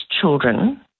children